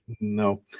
No